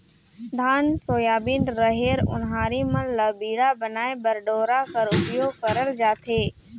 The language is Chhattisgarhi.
धान, सोयाबीन, रहेर, ओन्हारी मन ल बीड़ा बनाए बर डोरा कर उपियोग करल जाथे